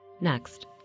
Next